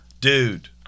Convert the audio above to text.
dude